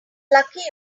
lucky